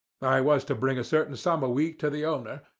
i was to bring a certain sum a week to the owner,